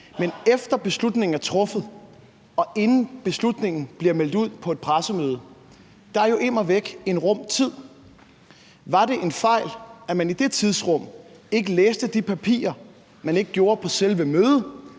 Men efter beslutningen er truffet, og inden beslutningen bliver meldt ud på et pressemøde, er der jo immer væk en rum tid. Var det en fejl, at man i det tidsrum ikke læste de papirer, man ikke havde læst på selve mødet,